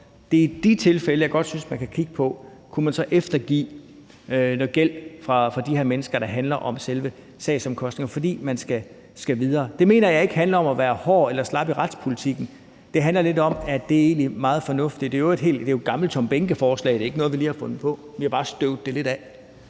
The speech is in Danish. job. I de tilfælde synes jeg godt man kunne kigge på, om man så kunne eftergive noget gæld for de her mennesker – gæld, der handler om selve sagsomkostningerne – fordi de skal videre. Det mener jeg ikke handler om at være hård eller slap i retspolitikken; det handler om, at det egentlig er meget fornuftigt. Det er i øvrigt et gammelt forslag fra Tom Behnke. Det er ikke noget, vi lige har fundet på; vi har bare støvet det lidt af.